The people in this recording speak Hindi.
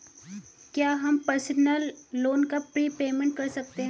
क्या हम पर्सनल लोन का प्रीपेमेंट कर सकते हैं?